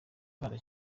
imana